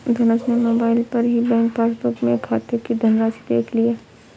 धनुष ने मोबाइल पर ही बैंक पासबुक में खाते की धनराशि देख लिया